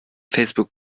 facebook